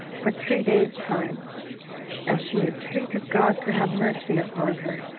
for three days' time and she entreated god to have mercy upon her,